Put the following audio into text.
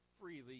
freely